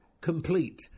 complete